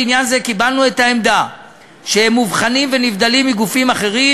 בעניין זה קיבלנו את העמדה שהם מובחנים ונבדלים מגופים אחרים,